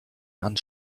and